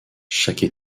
chaque